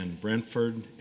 Brentford